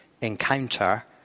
encounter